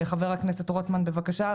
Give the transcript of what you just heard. חבר הכנסת רוטמן, בבקשה.